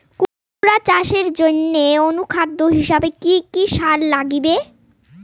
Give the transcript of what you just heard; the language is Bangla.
কুমড়া চাষের জইন্যে অনুখাদ্য হিসাবে কি কি সার লাগিবে?